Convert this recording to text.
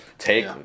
Take